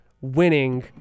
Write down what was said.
winning